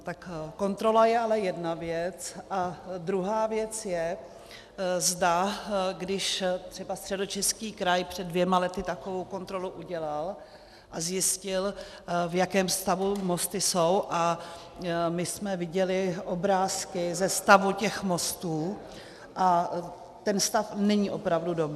Tak kontrola je ale jedna věc a druhá věc je, zda když třeba Středočeský kraj před dvěma lety takovou kontrolu udělal a zjistil, v jakém stavu mosty jsou, a my jsme viděli obrázky ze stavu těch mostů a ten stav není opravdu dobrý.